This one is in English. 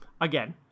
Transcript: again